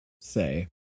say